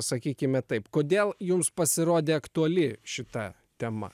sakykime taip kodėl jums pasirodė aktuali šita tema